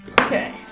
Okay